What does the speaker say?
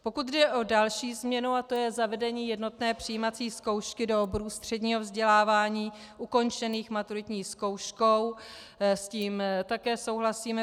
Pokud jde o další změnu a tou je zavedení jednotné přijímací zkoušky do oborů středního vzdělávání ukončených maturitní zkouškou, s tím také souhlasíme.